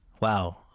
wow